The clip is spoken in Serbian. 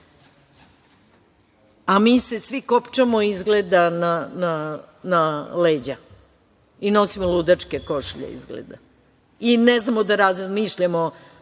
a mi se svi kopčamo izgleda na leđa i nosimo ludačke košulje, izgleda, i ne znamo da razmišljamo